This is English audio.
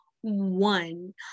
one